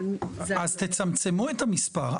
אז תצמצמו את המספר.